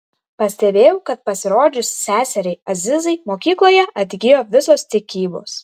pastebėjau kad pasirodžius seseriai azizai mokykloje atgijo visos tikybos